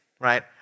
right